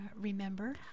remember